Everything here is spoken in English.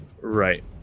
Right